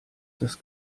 das